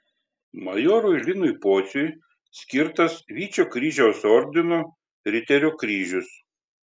majorui linui pociui skirtas vyčio kryžiaus ordino riterio kryžius